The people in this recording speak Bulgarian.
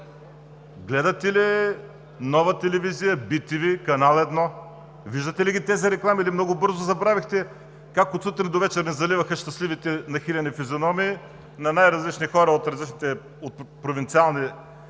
Гледате ли Нова телевизия, bTV, Канал 1? Виждате ли ги тези реклами или много бързо забравихте как от сутрин до вечер ни заливаха щастливите, нахилени физиономии на най-различни хора от провинциални